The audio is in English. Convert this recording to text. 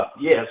yes